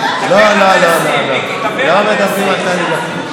לא לא לא, לא מדברים על טלי גוטליב.